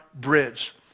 bridge